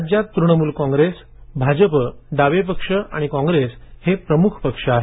राज्यात तृणमूल कॉंग्रेस भाजप डावे पक्ष आणि कॉंग्रेस हे प्रमुख पक्ष आहेत